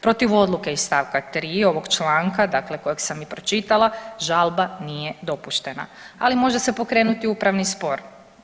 Protiv odluke iz st. 3. ovog članka dakle kojeg sam i pročitala, žalba nije dopuštena, ali se može pokrenuti upravni spor.